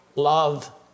love